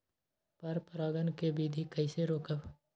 पर परागण केबिधी कईसे रोकब?